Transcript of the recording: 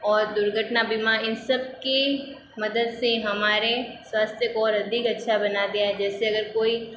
और दुर्घटना बीमा इन सबके मदद से हमारे स्वास्थ्य को और अधिक अच्छा बना दिया है जैसे अगर कोई